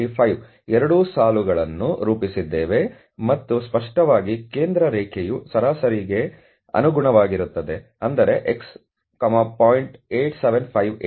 8735 ಎರಡೂ ಸಾಲುಗಳನ್ನು ರೂಪಿಸಿದ್ದೇವೆ ಮತ್ತು ಸ್ಪಷ್ಟವಾಗಿ ಕೇಂದ್ರ ರೇಖೆಯು ಸರಾಸರಿಗೆ ಅನುಗುಣವಾಗಿರುತ್ತದೆ ಅಂದರೆ 'x 0